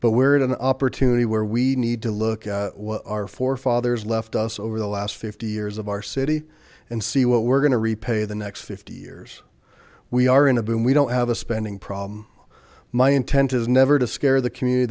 but we're in an opportunity where we need to look at our forefathers left us over the last fifty years of our city and see what we're going to repay the next fifty years we are in a boom we don't have a spending problem my intent is never to scare the community